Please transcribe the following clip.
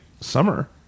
summer